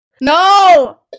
No